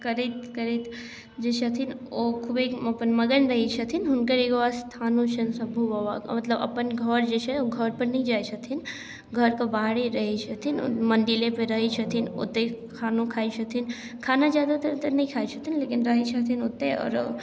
करैत करैत जे छथिन ओ खुदे अपन मगन रहै छथिन हुनकर एगो स्थानो छनि शम्भु बाबाके मतलब अपन घर जे छै ओ घरपर नहि जाइ छथिन घरके बाहरे रहै छथिन मन्दिरेपर रहै छथिन ओत्तै खानो खाइ छथिन खाना जादातर तऽ नहि खाइ छथिन लेकिन रहै छथिन ओते आओर